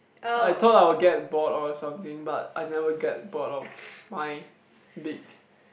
I thought I will get bored or something but I never get bored of my big